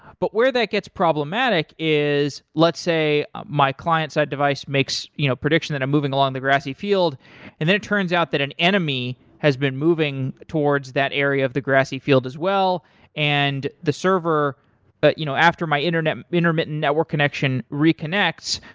but where that gets problematic is let's say my client side device makes you know prediction that i'm moving along the grassy field and then it turns out that an enemy has been moving towards that area of the grassy field as well and the server but you know after my intermittent network connection reconnects,